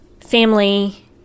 family